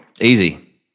Easy